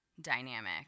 dynamic